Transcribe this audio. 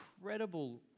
incredible